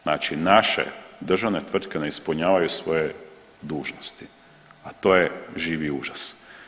Znači naše državne tvrtke ne ispunjavaju svoje dužnosti, a to je živi užas.